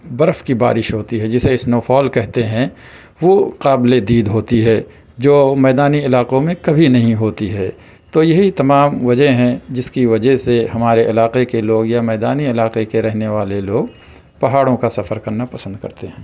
برف کی بارش ہوتی ہے جسے اسنو فال کہتے ہیں وہ قابل دید ہوتی ہے جو میدانی علاقوں میں کبھی نہیں ہوتی ہے تو یہی تمام وجہ ہیں جس کی وجہ سے ہمارے علاقے کے لوگ یا میدانی علاقے کے رہنے والے لوگ پہاڑوں کا سفر کرنا پسند کرتے ہیں